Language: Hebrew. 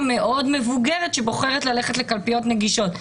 מבוגרת מאוד שבוחרת ללכת לקלפיות נגישות.